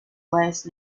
last